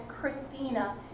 Christina